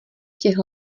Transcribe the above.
těch